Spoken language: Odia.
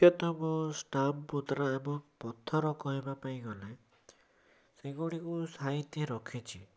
ମୁଖ୍ୟତମ ଷ୍ଟାମ୍ପ ମୁଦ୍ରା ଏବଂ ପଥର କହିବାକୁ ଗଲେ ସେଗୁଡ଼ିକୁ ସାଇତି ରଖିଛି